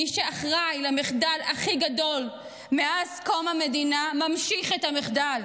מי שאחראי למחדל הכי גדול מאז קום המדינה ממשיך את המחדל.